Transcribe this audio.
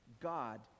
God